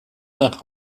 nach